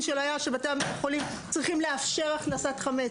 שלו היה שבתי החולים צריכים לאפשר הכנסת חמץ.